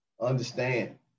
understand